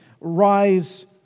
rise